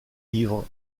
ivre